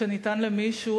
שניתן למישהו.